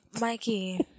mikey